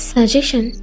Suggestion